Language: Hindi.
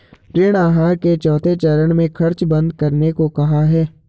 ऋण आहार के चौथे चरण में खर्च बंद करने को कहा है